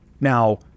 now